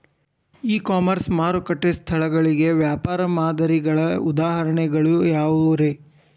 E commerce ಮಾರುಕಟ್ಟೆ ಸ್ಥಳಗಳಿಗೆ ವ್ಯಾಪಾರ ಮಾದರಿಗಳ ಉದಾಹರಣೆಗಳು ಯಾವವುರೇ?